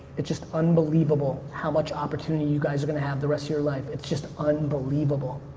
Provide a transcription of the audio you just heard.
it's just unbelievable how much opportunity you guys are gonna have the rest of your life. it's just unbelievable.